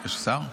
יש שר,